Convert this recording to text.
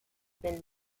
been